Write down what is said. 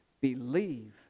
believe